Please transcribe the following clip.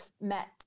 met